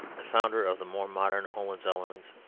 the founder of the more modern hohenzollerns,